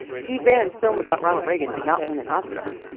steve bannon's film about ronald reagan did not win an oscar,